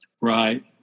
Right